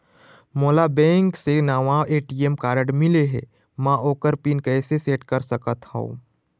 मोला बैंक से नावा ए.टी.एम कारड मिले हे, म ओकर पिन कैसे सेट कर सकत हव?